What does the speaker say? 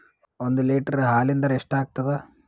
ಒಂದ್ ಲೀಟರ್ ಹಾಲಿನ ದರ ಎಷ್ಟ್ ಆಗತದ?